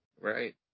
Right